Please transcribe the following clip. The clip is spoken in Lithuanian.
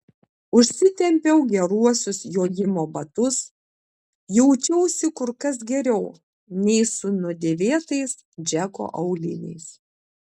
užsitempiau geruosius jojimo batus jaučiausi kur kas geriau nei su nudėvėtais džeko auliniais